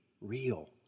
real